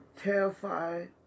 terrified